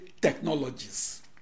technologies